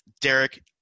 Derek